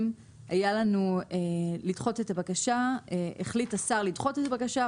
"החליט השר לדחות את הבקשה,